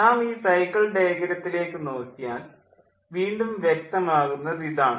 നാം ഈ സൈക്കിൾ ഡയഗ്രത്തിലേക്ക് നോക്കിയാൽ വീണ്ടും വ്യക്തമാകുന്നത് ഇതാണ്